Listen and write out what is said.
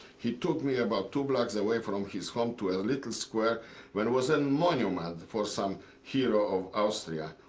he took me about two blocks away from his home to a little square where was a monument for some hero of austria.